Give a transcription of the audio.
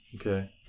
Okay